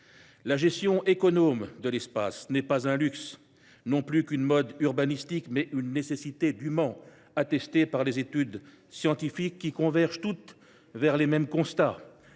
La gestion économe de l’espace n’est pas un luxe, non plus qu’une mode urbanistique ; c’est une nécessité dûment attestée par les études scientifiques, qui convergent toutes vers les mêmes constats.